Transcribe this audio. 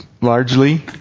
largely